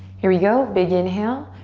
here we go, big inhale,